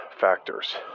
factors